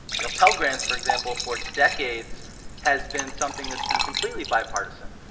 you know, pell grants, for example, for decades has been something that's been completely bipartisan.